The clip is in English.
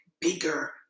bigger